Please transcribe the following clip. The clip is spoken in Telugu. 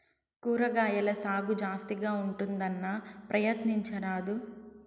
కూరగాయల సాగు జాస్తిగా ఉంటుందన్నా, ప్రయత్నించరాదూ